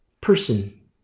person